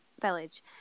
village